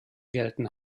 gelten